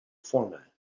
format